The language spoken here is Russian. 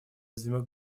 уязвимых